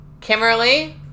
Kimberly